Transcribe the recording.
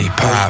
Pop